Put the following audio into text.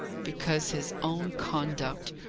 because his own conduct,